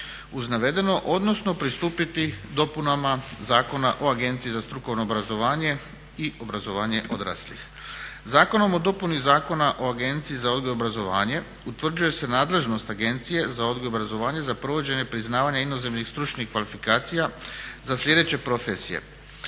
uz navedeno odnosno pristupiti dopunama Zakona o Agenciji za strukovno obrazovanje i obrazovanje odraslih. Zakonom o dopuni Zakona o Agenciji za odgoj i obrazovanje utvrđuje se nadležnost Agencije za odgoj i obrazovanje za provođenje priznavanja inozemnih stručnih kvalifikacija za sljedeće profesije,